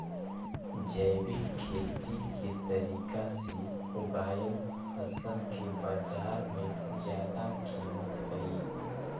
जैविक खेती के तरीका से उगाएल फसल के बाजार में जादा कीमत हई